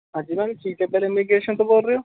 ਹਾਂਜੀ ma'am immigration ਤੋਂ ਬੋਲ਼ ਰਹੇ ਹੋ